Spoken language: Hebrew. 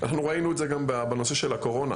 אנחנו ראינו את זה גם בנושא של הקורונה.